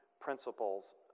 principles